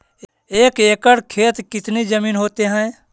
एक एकड़ खेत कितनी जमीन होते हैं?